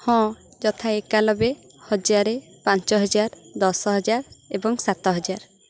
ହଁ ଯଥା ଏକାନବେ ହଜାର ପାଞ୍ଚ ହଜାର ଦଶ ହଜାର ଏବଂ ସାତ ହଜାର